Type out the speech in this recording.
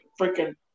freaking